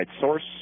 source